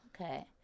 Okay